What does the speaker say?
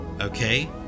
okay